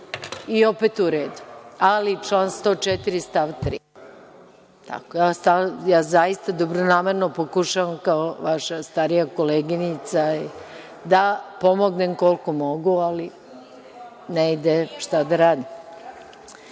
i opet u redu, ali član 104. stav 3.Zaista, dobronamerno pokušavam kao vaša starija koleginica da pomognem koliko mogu ali ne ide, šta da radim. Reč